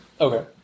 Okay